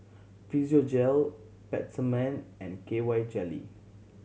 Physiogel Peptamen and K Y Jelly